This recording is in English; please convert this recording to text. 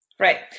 Right